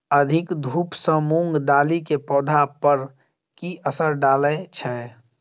अधिक धूप सँ मूंग दालि केँ पौधा पर की असर डालय छै?